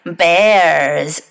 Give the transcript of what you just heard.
bears